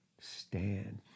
Stand